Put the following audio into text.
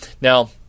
Now